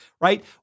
right